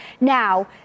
Now